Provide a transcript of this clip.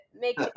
make